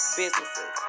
businesses